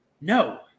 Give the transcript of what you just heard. No